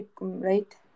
right